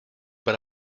but